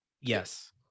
Yes